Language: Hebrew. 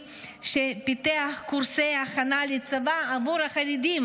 שפיתח קורסי הכנה לצבא עבור החרדים"?